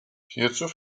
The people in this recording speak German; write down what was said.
hierzu